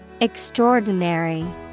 Extraordinary